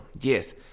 Yes